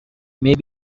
may